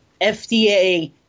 FDA